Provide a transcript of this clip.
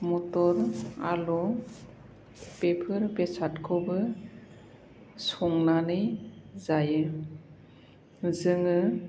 मथर आलु बेफोर बेसादखौबो संनानै जायो जोङो